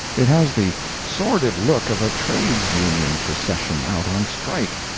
it has the sordid look of a trades-union procession out on strike.